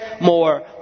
more